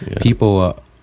People